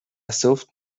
soft